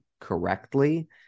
correctly